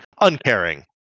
Uncaring